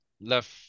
left